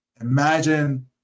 Imagine